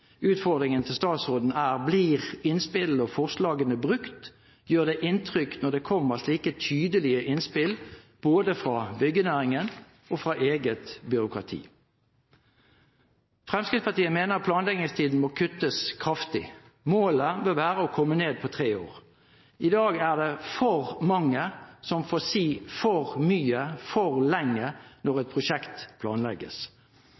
Utfordringen til statsråden er: Blir innspillene og forslagene brukt? Gjør det inntrykk når det kommer slike tydelige innspill både fra byggenæringen og fra eget byråkrati? Fremskrittspartiet mener planleggingstiden må kuttes kraftig. Målet bør være å komme ned på tre år. I dag er det for mange som får si for mye for lenge når